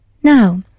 Now